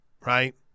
right